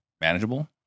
manageable